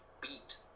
beat